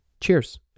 cheers